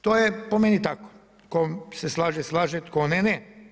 To je po meni tako, kom se slaže slaže, tko ne ne.